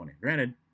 Granted